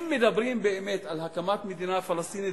אם מדברים באמת על הקמת מדינה פלסטינית,